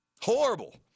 Horrible